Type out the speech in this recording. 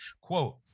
quote